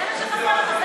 זה מה שחסר לך?